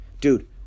Dude